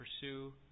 pursue